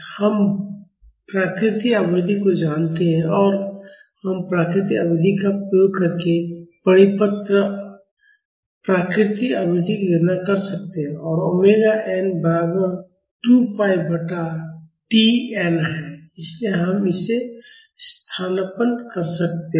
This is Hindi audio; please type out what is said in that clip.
हम प्राकृतिक अवधि को जानते हैं और हम प्राकृतिक अवधि का उपयोग करके परिपत्र प्राकृतिक आवृत्ति की गणना कर सकते हैं और ओमेगा n बराबर 2 पाई बटा T एन है इसलिए हम इसे स्थानापन्न कर सकते हैं